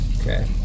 okay